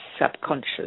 subconscious